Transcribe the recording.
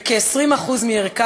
בכ-20% מערכה,